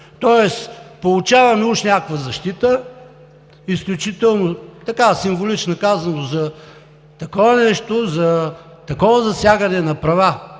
тоест получаваме уж някаква защита, изключително символично казано за такова нещо, за такова засягане на права,